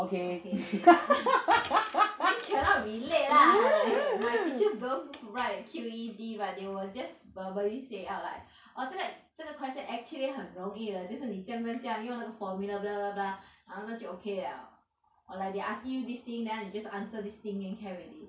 mm okay I mean cannot relate lah like my teachers don't write Q_E_D but they will just verbally say out like orh 这个这个 question actually 很容易的就是你这样这样用那个 formula blah blah blah after that 就 okay liao or like they asking you this thing then ah 你 just answer this thing then can already